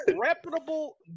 reputable